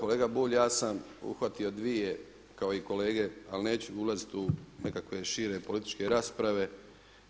Kolega Bulj, ja sam uhvatio dvije kao i kolege ali neću ulaziti u nekakve šire političke rasprave